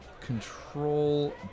control